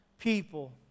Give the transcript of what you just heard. people